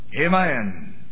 Amen